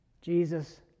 Jesus